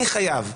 אני חייב,